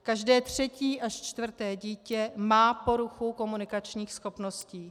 Každé třetí až čtvrté dítě má poruchu komunikačních schopností.